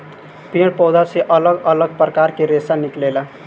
पेड़ पौधा से अलग अलग प्रकार के रेशा निकलेला